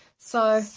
so,